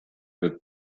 with